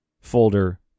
folder